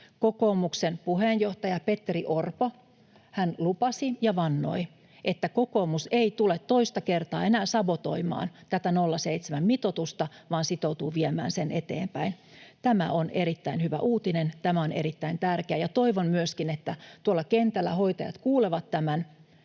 kokoomuksen puheenjohtaja Petteri Orpo lupasi ja vannoi, että kokoomus ei tule toista kertaa enää sabotoimaan tätä 0,7:n mitoitusta vaan sitoutuu viemään sen eteenpäin. Tämä on erittäin hyvä uutinen, tämä on erittäin tärkeää, ja toivon myöskin, että tuolla kentällä hoitajat kuulevat tämän